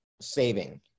saving